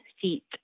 seat